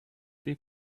they